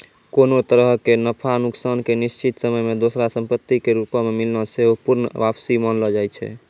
कोनो तरहो के नफा नुकसान के निश्चित समय मे दोसरो संपत्ति के रूपो मे मिलना सेहो पूर्ण वापसी मानलो जाय छै